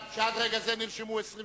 רבותי חברי הכנסת וחברות הכנסת, רבותי השרים,